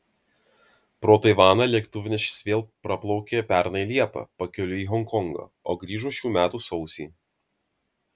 pro taivaną lėktuvnešis vėl praplaukė pernai liepą pakeliui į honkongą o grįžo šių metų sausį